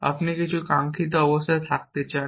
আপনি কিছু কাঙ্খিত অবস্থায় থাকতে চান